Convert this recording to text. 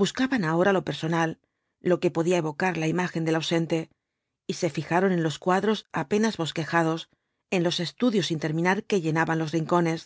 buscaban ahora lo personal lo que podía evocar la imagen del ausente y se fijaron en los cuadros apenas bosquejados en los estudios sin terminar que llenaban los rincones